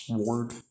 word